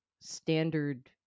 standard